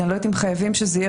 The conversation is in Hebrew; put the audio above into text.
אני לא יודעת אם חייבים שזה יהיה